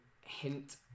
hint